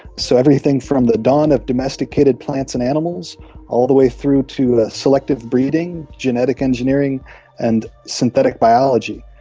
so everything from the dawn of domesticated plants and animals all the way through to selective breeding, genetic engineering and synthetic biology.